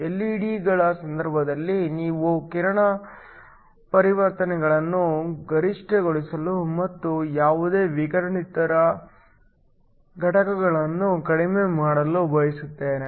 ಎಲ್ಇಡಿಗಳ ಸಂದರ್ಭದಲ್ಲಿ ನಾವು ವಿಕಿರಣ ಪರಿವರ್ತನೆಗಳನ್ನು ಗರಿಷ್ಠಗೊಳಿಸಲು ಮತ್ತು ಯಾವುದೇ ವಿಕಿರಣೇತರ ಘಟಕಗಳನ್ನು ಕಡಿಮೆ ಮಾಡಲು ಬಯಸುತ್ತೇವೆ